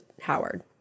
howard